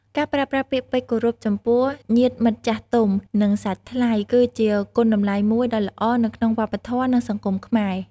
ការប្រើប្រាស់ពាក្យពេចន៍គោរពចំពោះញាតិមិត្តចាស់ទុំ និងសាច់ថ្លៃ គឺជាគុណតម្លៃមួយដ៏ល្អនៅក្នុងវប្បធម៌និងសង្គមខ្មែរ។